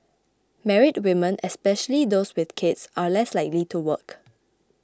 married women especially those with children are less likely to work